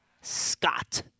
Scott